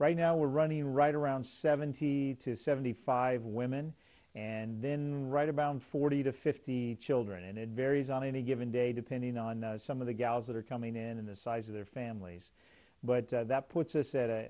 right now we're running right around seventy to seventy five women and then right about forty to fifty children and it varies on any given day depending on some of the gals that are coming in the size of their families but that puts us at